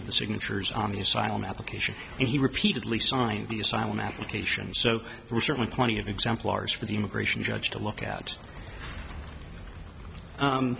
of the signatures on the asylum application and he repeatedly signed the asylum application so there are certainly plenty of exemplars for the immigration judge to look at